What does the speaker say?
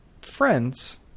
friends